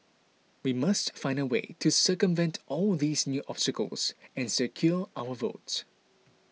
we must find a way to circumvent all these new obstacles and secure our votes